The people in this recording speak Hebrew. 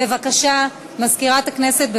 בבקשה, מזכירת הכנסת.